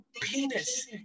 penis